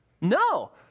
No